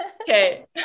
okay